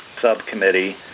Subcommittee